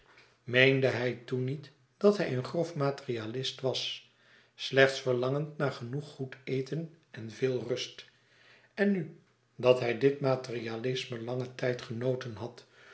meende hij toen niet dat hij een grof materialist was slechts verlangend naar genoeg goed eten en veel rust en nu dat hij dit materialisme làngen tijd genoten had